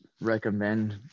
recommend